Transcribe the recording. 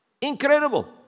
Incredible